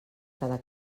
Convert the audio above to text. cada